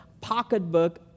pocketbook